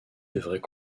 devrait